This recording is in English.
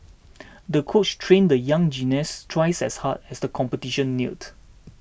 the coach trained the young gymnast twice as hard as the competition neared